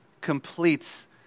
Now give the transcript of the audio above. completes